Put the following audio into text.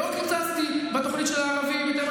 אני אקצץ כי זה לא חשוב.